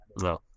No